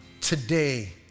today